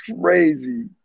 crazy